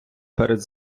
перед